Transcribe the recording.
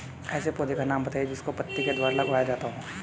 ऐसे पौधे का नाम बताइए जिसको पत्ती के द्वारा उगाया जाता है